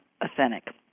authentic